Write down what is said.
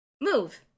Move